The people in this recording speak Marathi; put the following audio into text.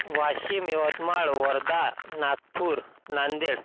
वाशिम यवतमाळ वर्धा नागपूर नांदेड